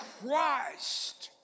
Christ